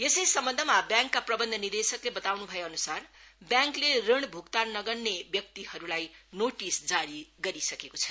यसै सम्बनधमा ब्यांकका प्रबन्ध निर्देशकले बताउन् भएअनुसार व्यांकले ऋण भूक्तान नगर्ने व्यक्तिहरूलाई नोटिस जारी गरिसकेको छ